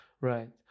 right